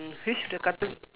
and which the cartoon